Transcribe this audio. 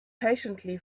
patiently